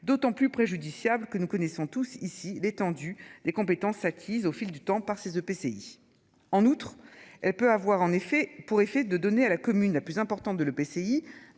d'autant plus préjudiciable que nous connaissons tous ici l'étendue des compétences acquises au fil du temps par ces EPCI. En outre, elle peut avoir en effet pour effet de donner à la commune la plus importante de l'EPCI